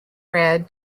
red